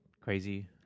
crazy